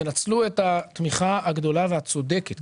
תנצלו את התמיכה הגדולה והצודקת,